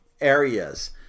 areas